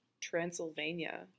Transylvania